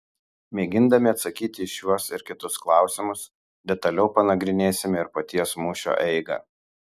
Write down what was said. mėgindami atsakyti į šiuos ir kitus klausimus detaliau panagrinėsime ir paties mūšio eigą